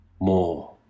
more